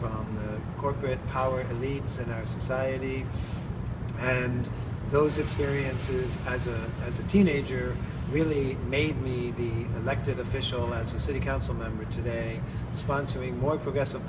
from corporate power elites in our society and those experiences as a as a teenager really made me be elected official as a city council member today sponsoring more progressive